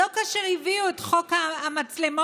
לא כאשר הביאו את חוק המצלמות,